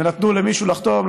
נתנו למישהו לחתום,